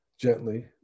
gently